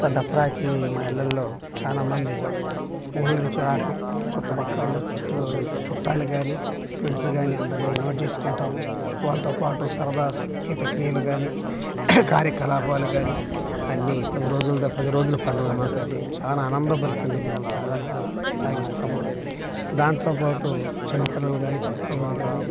దసరాకి మా ఇళ్ళలో చాలా మంది ఊళ్ళ నుంచి రావటం చుట్టుపక్కలు చుట్టూ చుట్టాలు గానీ ఫ్రెండ్స్ గానీ అందరినీ ఇన్వైట్ చేసుకుంటాము వాళ్ళతో పాటు సరదా ఈత క్రియలుగాని కార్యకలాపాలు అన్నీ పది రోజులు పది రోజుల పండుగ మాకు అది చాలా ఆనందభరితంగా మేము సాగ సాగిస్తాము దానితో పాటు చిన్న పిల్లలు గానీ పెద్ద పిల్లల గానీ